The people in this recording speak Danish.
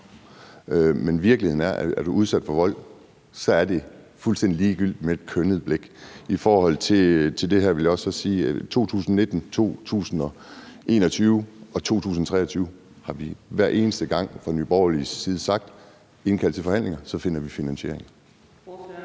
men virkeligheden er, at hvis du er udsat for vold, er det fuldstændig ligegyldigt med et kønnet blik. I forhold til det her vil jeg så også sige, at vi i 2019, 2021 og 2023 hver eneste gang fra Nye Borgerliges side har sagt: Indkald til forhandlinger, så finder vi finansiering.